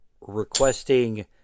requesting